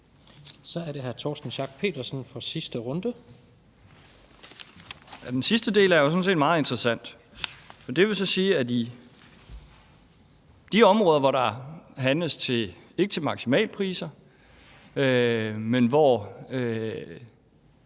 runde. Kl. 17:33 Torsten Schack Pedersen (V): Den sidste del er jo sådan set meget interessant. For det vil så sige, at i de områder, hvor der ikke handles til maksimalpriser, men hvor